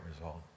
result